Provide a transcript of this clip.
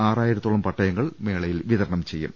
ആറായിരത്തോളം പട്ടയങ്ങൾ മേളയിൽ വിതരണം ചെയ്യും